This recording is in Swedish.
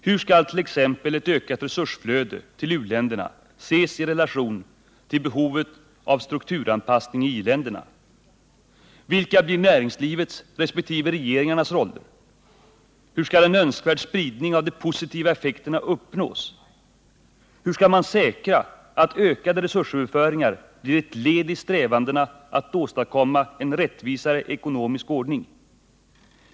Hur skall t.ex. ett ökat resursflöde till u-länderna ses i relation till behovet av strukturanpassning i iländerna? Vilka blir näringslivets resp. regeringarnas roller? Hur skall en önskvärd spridning av de positiva effekterna uppnås? Hur skall man säkra att ökade resursöverföringar blir ett led i strävandena att åstadkomma en rättvisare ekonomisk ordning?